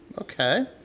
Okay